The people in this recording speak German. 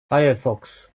firefox